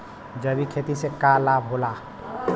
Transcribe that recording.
जैविक खेती से लाभ होई का?